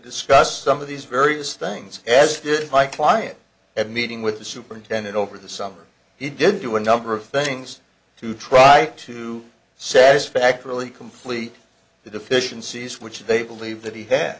discuss some of these various things as did my client at a meeting with the superintendent over the summer he did do a number of things to try to satisfactorily complete the deficiencies which they believe that he had